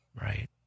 Right